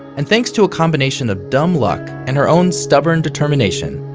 and thanks to a combination of dumb luck and her own stubborn determination,